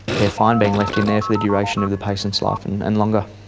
they are fine being left in there for the duration of the patient's life and and longer.